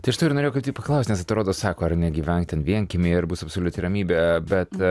tai aš to ir norėjau kaip tik ir paklaust nes atrodo sako ar ne gyvenk ten vienkiemy ir bus absoliuti ramybė bet